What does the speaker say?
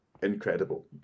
incredible